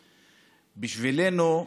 בשבילנו,